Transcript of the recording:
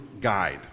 guide